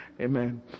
Amen